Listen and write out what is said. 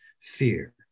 fear